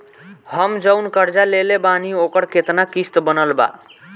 हम जऊन कर्जा लेले बानी ओकर केतना किश्त बनल बा?